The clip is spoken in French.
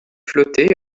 flotter